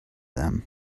them